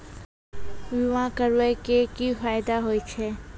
बीमा करबै के की फायदा होय छै?